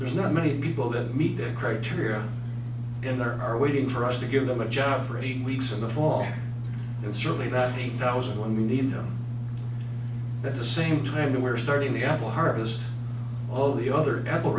there's not many people that meet that criteria and are waiting for us to give them a job for eight weeks in the fall and certainly not eight thousand when we need them at the same time that we are starting the apple harvest all of the other apple